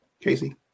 Casey